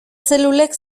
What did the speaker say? zelulek